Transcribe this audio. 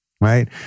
right